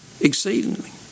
exceedingly